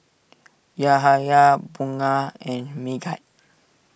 Yahaya Bunga and Megat